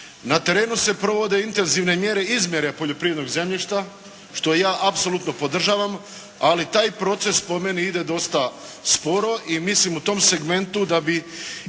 Na terenu se provode intenzivne mjere izmjere poljoprivrednog zemljišta, što ja apsolutno podržavam, ali taj proces, po meni, ide dosta sporo i mislim, u tom segmentu da bi i